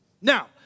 Now